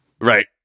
Right